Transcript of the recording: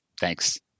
Thanks